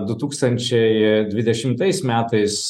du tūkstančiai dvidešimtais metais